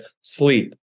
sleep